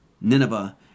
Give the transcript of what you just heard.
Nineveh